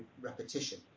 repetition